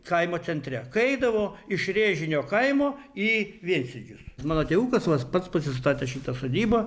kaimo centre kai eidavo iš rėžinio kaimo į viensėdžius mano tėvukas vat pats pasistatė šitą sodybą